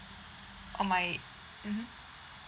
oh my mmhmm